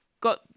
got